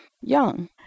Young